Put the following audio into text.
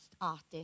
artist